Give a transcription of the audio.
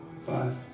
Five